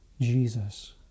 Jesus